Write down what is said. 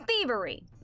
thievery